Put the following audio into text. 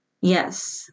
Yes